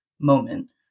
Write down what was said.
moment